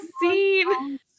scene